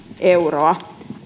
euroa